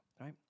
right